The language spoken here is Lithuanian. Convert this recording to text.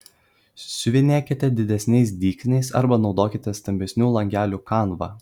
siuvinėkite didesniais dygsniais arba naudokite stambesnių langelių kanvą